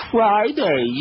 Friday